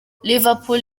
liverpool